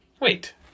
Wait